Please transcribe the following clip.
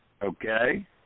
okay